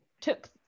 took